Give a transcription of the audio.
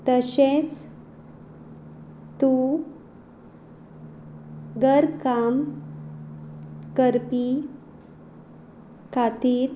तशेंच तूं घर काम करपी खातीर